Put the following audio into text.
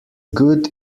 good